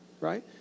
right